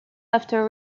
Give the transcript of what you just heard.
after